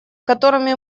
которыми